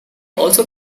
also